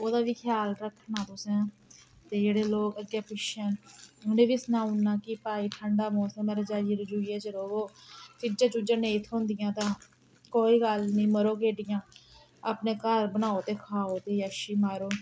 ओह्दा बी ख्याल रक्खना तुसें ते जेह्ड़े लोक अग्गें पिच्छै न उनें बी सनाउना कि भाई ठंडा मौसम ऐ रजाइयें रजुइयें च रवो चीजां चुजां नेईं थ्होंदियां तां कोई गल्ल नेईं मरो केड्ढियां अपने घर बनाओ ते खाओ ते जैशी मारो